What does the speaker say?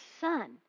son